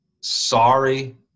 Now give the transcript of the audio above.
sorry